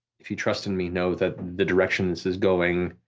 if you trust in me know that the direction this is going